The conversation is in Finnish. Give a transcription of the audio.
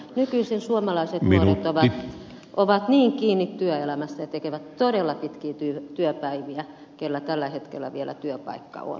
nykyisin suomalaiset nuoret ovat niin kiinni työelämässä ja tekevät todella pitkiä työpäiviä kellä tällä hetkellä vielä työpaikka on